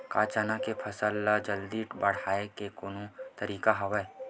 का चना के फसल ल जल्दी बढ़ाये के कोनो तरीका हवय?